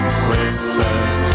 whispers